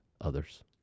others